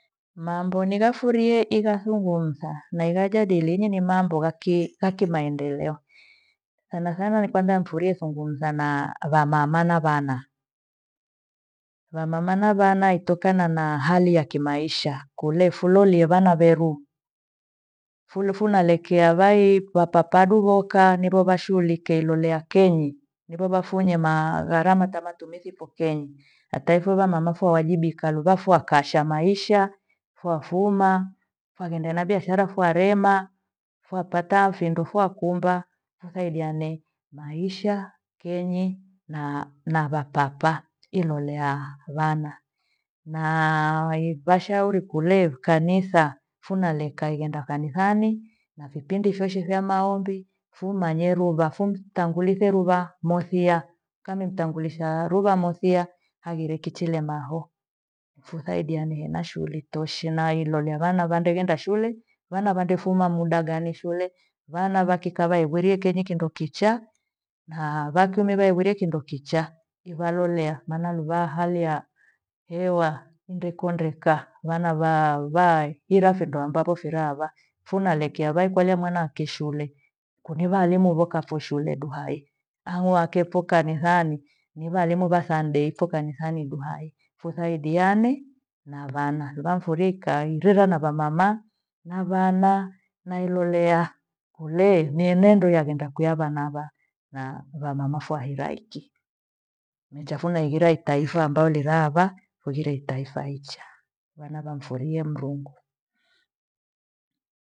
Mambo nighafurie ighasungumsa na ingajadili ni mambo yaki- yakimaendeleo. Thanathana ipenda nifurie ithungumza na vamama na vana. Vamama na vana itokana na hali ya kimaisha kule fulolie vanna veru. Fule funalekea vai papa paduro ikaa nipho vashuulikie inoneya kenyi miro vafunye maa gharama tha matumizi pokenyi. Hata hivo vamama vawajibika luvafu wakasha maisha foafuma kwaghenda na biashara fuarema, phopata findo foakumba mthaidiane maisha, kenyi na vapapa iloleha vana. Naa vashauri kuree kanisa funaleka ighenda kanisani na vipindi vyothe vya maombi fumanyerova fumtangulize ruva mothiya. Kame mtangulisha ruva mothiya hagire kichilie maho. Futhaidiane na shughuli toshe na ilolea vana vadengenda shule. Vana vandefuma muda gani shule, vana vakikava igwirie kenyi kindo kichaa na vakiume vegwirie kindo kichaa. Ivarorea maana luvaha hali ya hewa nndekondeka maana va- va hira findo ambapho firarwa funa lekea vai kwaikalia mwana wakwe shule kuniva halimo vokafoshule duhai au akepho kanisani mira warimu va thande ipho kanisani duhai tuthaidiane na vana. Vura mfurie ikahi urera na vamama na vana nailolea kulei mienendo ya kwenda kulea vana vako na vamama fuhaira hiki. Michafuna ighira itaifa ambao lighaava kweghire litaifa icha vana vamfurie Mrungu